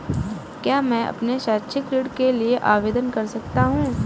क्या मैं अपने शैक्षिक ऋण के लिए आवेदन कर सकता हूँ?